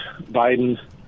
Biden